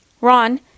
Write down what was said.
Ron